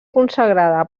consagrada